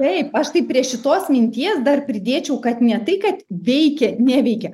taip aš taip prie šitos minties dar pridėčiau kad ne tai kad veikia neveikia